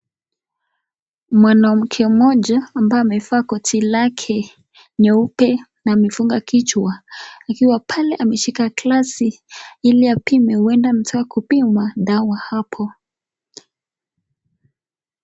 Mwanamke mmoja ambaye amevaa koti lake nyeupe na amefunga kichwa ikiwa pale ameshika glasi ili apime huenda amezoea kupima dawa hapo.